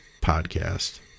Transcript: podcast